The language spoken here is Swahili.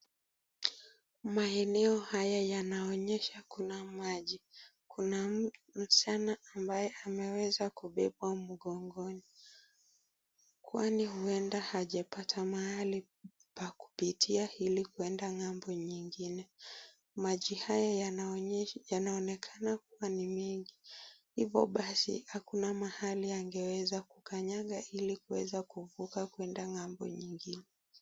Maeneo haya yanaonenyesha kuna maji. Kuna msichana ambaye ameweza kubebwa mgongoni. Kwani huenda hajapata mahali pa kupitia ili kwenda ngambo nyingine. Maji haya yanaonyesha yanaonekana kuwa ni mingi. Hivo basi hakuna mahali angeweza kukanyanga ili kuweza kuvuka kwenda ngambo nyingine.